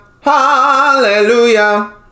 hallelujah